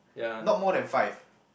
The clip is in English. not more than five